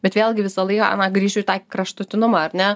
bet vėlgi visą laiką na grįšiu į tą kraštutinumą ar ne